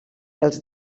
els